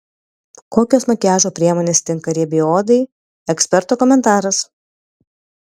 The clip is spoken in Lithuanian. kokios makiažo priemonės tinka riebiai odai eksperto komentaras